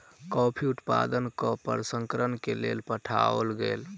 coffee उत्पादन कय के प्रसंस्करण के लेल पठाओल गेल